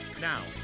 Now